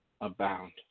abound